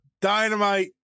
Dynamite